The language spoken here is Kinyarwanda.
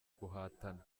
guhatana